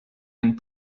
and